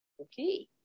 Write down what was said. okay